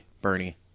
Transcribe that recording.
Bernie